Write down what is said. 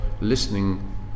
listening